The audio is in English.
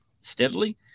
steadily